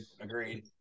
Agreed